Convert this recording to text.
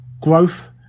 growth